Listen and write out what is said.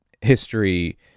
history